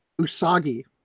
Usagi